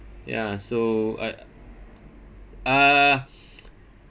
ya so I uh